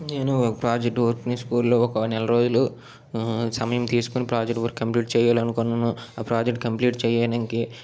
నేను ప్రాజెక్ట్ వర్క్ని స్కూల్లో ఒక నెల రోజులు సమయం తీసుకోని ప్రాజెక్ట్ వర్క్ కంప్లీట్ చేయాలనుకున్నాను ఆ ప్రాజెక్ట్ కంప్లీట్ చేయనికి